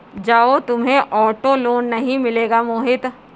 जाओ, तुम्हें auto loan नहीं मिलेगा मोहित